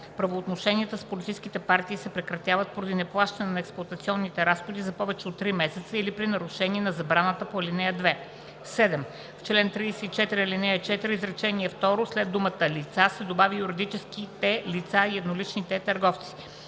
Правоотношенията с политическите партии се прекратяват поради неплащане на експлоатационните разходи за повече от три месеца или при нарушение на забраната по ал. 2.“ 7. В чл. 34, ал. 4, изречение второ след думата „лица“ се добавя „юридическите лица и едноличните търговци“.